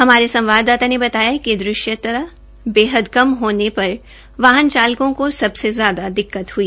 हमारे संवाददाता ने बताया है कि दृश्यता कम होने पर वाहन चालकों को सबसे ज्यादा दिक्कत हुई